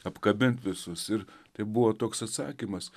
apkabint visus ir tai buvo toks atsakymas